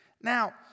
Now